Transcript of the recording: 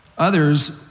others